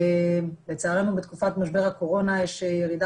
לצערנו בתקופת משבר הקורונה יש ירידה